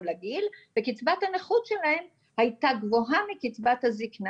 לגיל וקצבת הנכות שלהם הייתה גבוהה מקצבת הזקנה,